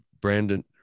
Brandon